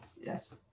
yes